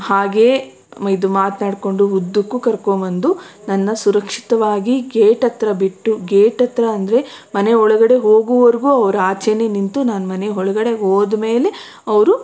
ಹಾಗೆಯೇ ಇದು ಮಾತ್ನಾಡ್ಕೊಂಡು ಉದ್ದಕ್ಕೂ ಕರ್ಕೊಂಬಂದು ನನ್ನ ಸುರಕ್ಷಿತವಾಗಿ ಗೇಟತ್ರ ಬಿಟ್ಟು ಗೇಟತ್ರ ಅಂದರೆ ಮನೆಯೊಳಗಡೆ ಹೋಗುವರೆಗೂ ಅವ್ರು ಆಚೆನೆ ನಿಂತು ನಾನು ಮನೆ ಒಳ್ಗಡೆ ಹೋದಮೇಲೆ ಅವರು